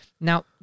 Now